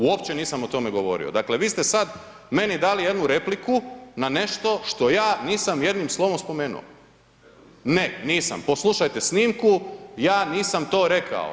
Uopće nisam o tome govorio, dakle vi ste sad dali meni jednu repliku na nešto što ja nisam jednim slovom spomenuo, ne nisam, poslušajte snimku, ja nisam to rekao.